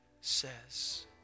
says